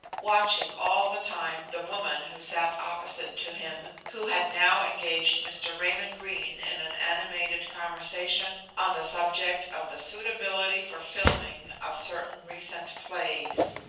watching all the time the woman who sat opposite to him, who had now engaged mr. raymond greene in an animated conversation on the subject of the suitability for filming of certain recent plays.